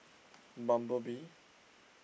Bumblebee